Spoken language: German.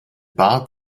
bart